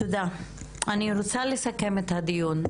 אני רוצה לסכם את הדיון.